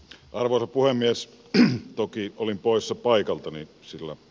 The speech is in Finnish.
arvoisa puhemies ben okri oli poissa paikalta niin sillä